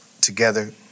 together